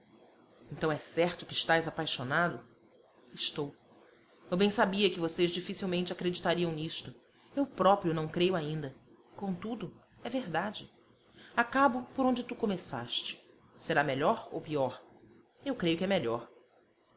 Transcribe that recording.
então é certo que estás apaixonado estou eu bem sabia que vocês dificilmente acreditariam nisto eu próprio não creio ainda e contudo é verdade acabo por onde tu começaste será melhor ou pior eu creio que é melhor